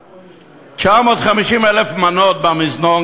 950, 1,000 מנות במזנון